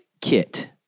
kit